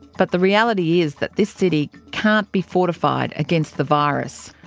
but the reality is that this city can't be fortified against the virus,